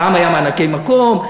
פעם היו מענקי מקום,